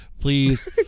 please